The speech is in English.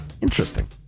interesting